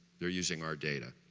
they're using our data,